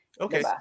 Okay